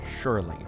Surely